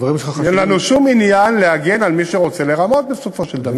אין לנו שום עניין להגן על מי שרוצה לרמות בסופו של דבר.